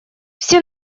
все